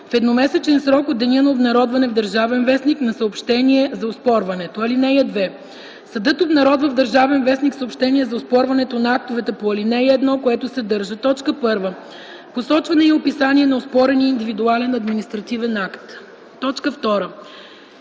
в едномесечен срок от деня на обнародване в „Държавен вестник” на съобщение за оспорването. (2) Съдът обнародва в „Държавен вестник” съобщение за оспорването на актовете по ал. 1, което съдържа: 1. посочване и описание на оспорения индивидуален административен акт; 2.